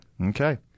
Okay